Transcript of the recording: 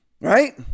Right